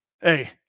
Hey